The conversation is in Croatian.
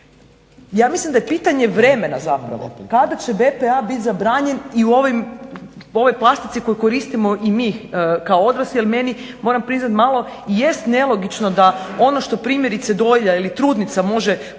Ja mislim da je pitanje vremena zapravo kada će BPA biti zabranjen i u ovoj plastici koju koristimo i mi kao odrasli jer meni moram priznati malo jest nelogično da ono što primjerice dojilja ili trudnica može